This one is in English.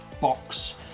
box